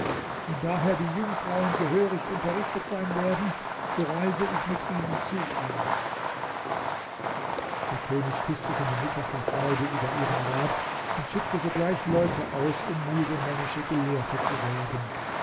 wenn daher die jungfrauen gehörig unterrichtet sein werden so reise ich mit ihnen zu ihm der könig küßte seine mutter vor freude über ihren rat und schickte sogleich leute aus um muselmännische gelehrte zu werben